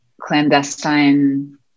clandestine